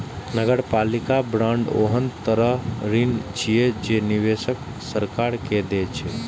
नगरपालिका बांड ओहन तरहक ऋण छियै, जे निवेशक सरकार के दै छै